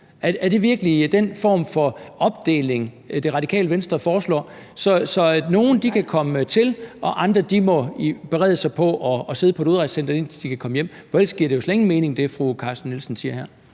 Er det virkelig den form for opdeling, Radikale Venstre foreslår, altså at nogle kan komme til, og at andre må berede sig på at sidde på et udrejsecenter, indtil de kan komme hjem? For ellers giver det, fru Sofie Carsten Nielsen siger her,